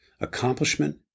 accomplishment